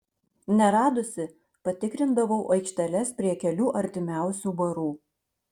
neradusi patikrindavau aikšteles prie kelių artimiausių barų